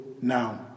now